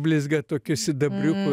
blizga tokiu sidabriuku